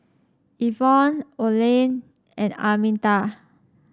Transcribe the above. Ivonne Olen and Arminta